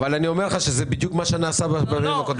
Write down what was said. אני אומר לך שזה בדיוק מה שנעשה בפעמים הקודמות.